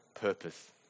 purpose